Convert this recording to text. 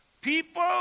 people